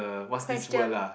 question